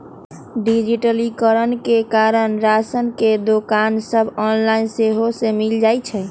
डिजिटलीकरण के कारण राशन के दोकान सभ ऑनलाइन सेहो मिल जाइ छइ